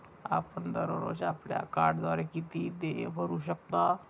आपण दररोज आपल्या कार्डद्वारे किती देय भरू शकता?